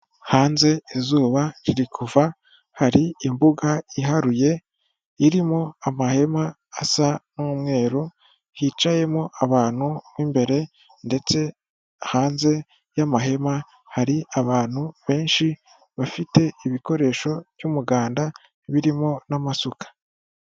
Hanze izuba riri kuva, hari imbuga iharuye irimo amahema asa n'umweru, hicayemo abantu mo imbere ndetse hanze y'amahema hari abantu benshi bafite ibikoresho by'umuganda birimo n'amasuka.